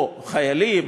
או חיילים,